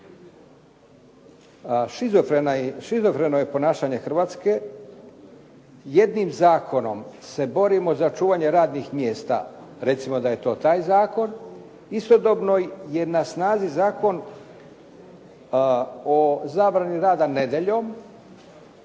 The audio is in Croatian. šizofreno je ponašanje Hrvatske. Jednim zakonom se borimo za čuvanje radnih mjesta, recimo da je to taj zakon. Istodobno je na snazi Zakon o zabrani rada nedjeljom.